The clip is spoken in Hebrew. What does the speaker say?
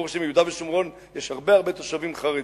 ברוך השם, ביהודה ושומרון יש הרבה תושבים חרדים.